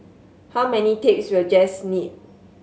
how many tapes will Jess need